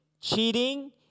cheating